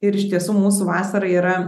ir iš tiesų mūsų vasara yra